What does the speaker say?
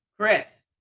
Chris